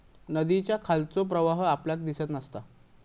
नदीच्या खालचो प्रवाह आपल्याक दिसत नसता